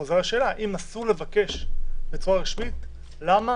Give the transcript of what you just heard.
אסור לבקש את זה בצורה רשמית אז למה